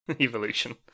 evolution